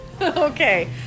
Okay